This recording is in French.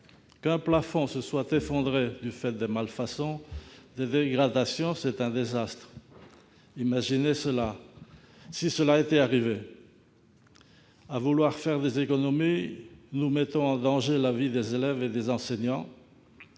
Qu'un plafond se soit effondré du fait de malfaçons, de dégradations, c'est un désastre. Imaginez s'il y avait eu des victimes pendant un cours ... À vouloir faire des économies, nous mettons en danger la vie des élèves et des enseignants.